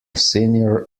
senior